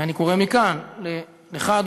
אני קורא מכאן לך,